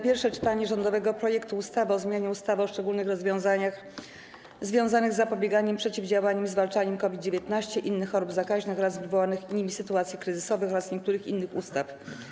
Pierwsze czytanie rządowego projektu ustawy o zmianie ustawy o szczególnych rozwiązaniach związanych z zapobieganiem, przeciwdziałaniem i zwalczaniem COVID-19, innych chorób zakaźnych oraz wywołanych nimi sytuacji kryzysowych oraz niektórych innych ustaw.